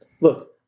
Look